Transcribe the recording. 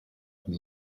and